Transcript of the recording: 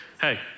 Hey